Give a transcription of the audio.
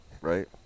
right